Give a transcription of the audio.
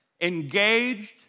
engaged